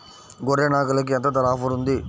గొర్రె, నాగలికి ఎంత ధర ఆఫర్ ఉంది?